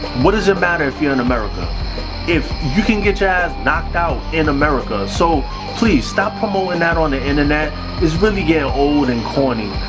what does it matter if you're in america if you can get your ass knocked out in america? so please stop promoting that on the internet is really getting old and corny,